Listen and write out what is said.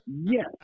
Yes